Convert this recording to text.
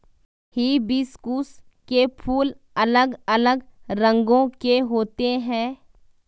hibiscus के फूल अलग अलग रंगो के होते है